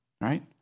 Right